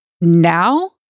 now